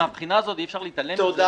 מן הבחינה הזאת אי אפשר להתעלם מזה.